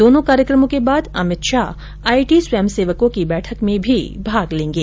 दोनों कार्यक्रमों के बाद अमित शाह आई टी स्वयं सेवकों की बैठक में भी भाग लेंगे